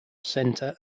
centre